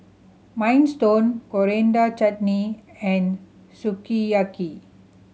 Minestrone Coriander Chutney and Sukiyaki